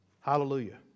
Hallelujah